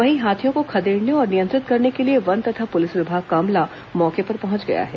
वहीं हाथियों को खदेड़ने और नियंत्रित करने के लिए वन तथा पुलिस विभाग का अमला मौके पर पहुंच गया है